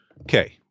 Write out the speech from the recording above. Okay